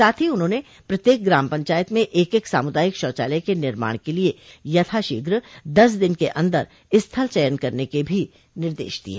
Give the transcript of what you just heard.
साथ ही उन्होंने प्रत्येक ग्राम पंचायत में एक एक सामुदायिक शौचालय के निर्माण के लिए यथाशीघ्र दस दिन के अन्दर स्थल चयन करने के भी निर्देश दिये